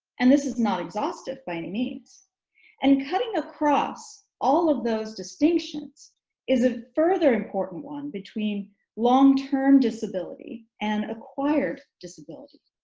and this is not exhaustive by any means and cutting across all of those distinctions is a further important one between long term disability and acquired disability.